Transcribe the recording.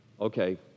Okay